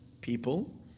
people